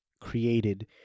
created